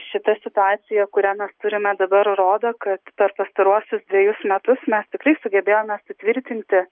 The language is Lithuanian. šita situacija kurią mes turime dabar rodo kad per pastaruosius dvejus metus mes tikrai sugebėjome sutvirtinti